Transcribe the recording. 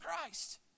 Christ